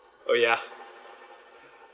oh ya